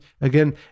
again